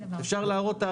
אפשר להראות תאריך של הזמנה.